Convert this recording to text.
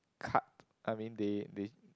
cut I mean they they